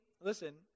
listen